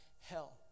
hell